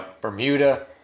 Bermuda